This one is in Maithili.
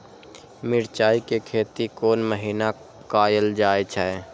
मिरचाय के खेती कोन महीना कायल जाय छै?